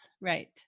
right